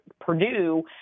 Purdue